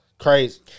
Crazy